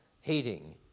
hating